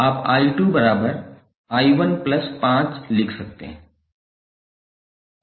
आप 𝑖2𝑖15 लिख सकते हैं